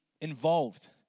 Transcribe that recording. involved